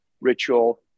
ritual